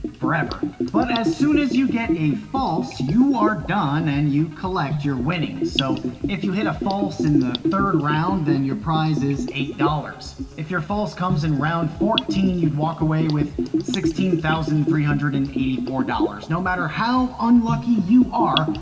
forever. but as soon as you get a false, you are done and you collect your winnings. so if you hit a false in the third round, then your prize is eight dollars. if your first false comes in round fourteen, you'd walk away with sixteen thousand three hundred and eighty four dollars. no matter how unlucky you are,